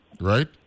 right